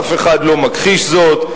אף אחד לא מכחיש זאת,